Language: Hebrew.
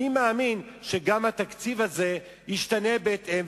אני מאמין שגם התקציב הזה ישתנה בהתאם,